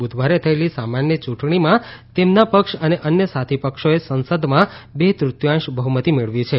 બુધવારે થયેલી સામાન્ય ચૂંટણીમાં તેમના પક્ષ અને અન્ય સાથી પક્ષોએ સાંસદમાં બે તૃત્યાંશ બહુમતી મેળવી છે